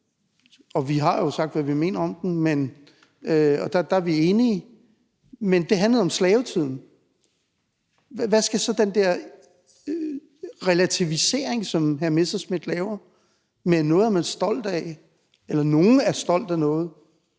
og vi har jo sagt, hvad vi mener om den; der er vi enige – som har handlet om slavetiden. Så hvad skal vi med den her relativering, som hr. Morten Messerschmidt laver, i forhold til at noget er man stolt af eller at nogle er stolte af noget?